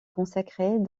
consacrés